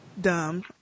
dumb